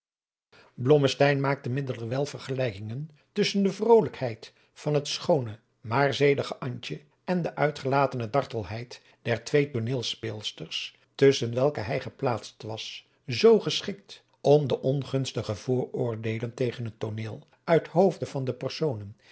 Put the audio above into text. maakte middelerwijl vergelijkingen tuschen de vrolijkheid van het schoone maar zedige antje en de uitgelatene dartelheid der twee tooneelspeelsters tusschen welke hij geplaatst was zoo geschikt om de ongunstige vooroordeelen tegen het tooneel uit hoofde van de personen